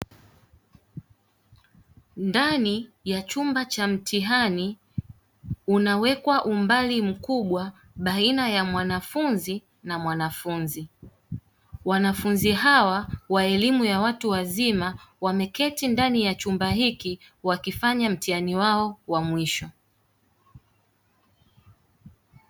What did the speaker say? Ndani ya chumba cha mtihani, kunawekwa umbali mkubwa baina ya mwanafunzi na mwanafunzi. Wanafunzi hawa wa elimu ya watu wazima wameketi ndani ya chumba wakifanya mtihani wao wa mwisho.